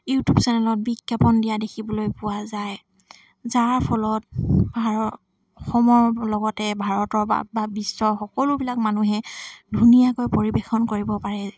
YouTube চেনেলত বিজ্ঞাপন দিয়া দেখিবলৈ পোৱা যায় যাৰ ফলত ভাৰত অসমৰ লগতে ভাৰতৰ বা বিশ্বৰ সকলোবিলাক মানুহে ধুনীয়াকৈ পৰিৱেশন কৰিব পাৰে